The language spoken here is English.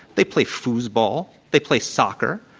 they play foosball. they play soccer.